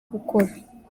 gukora